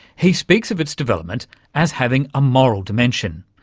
he speaks of its development as having a moral dimension.